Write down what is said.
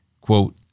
quote